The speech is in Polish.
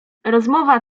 rozmowa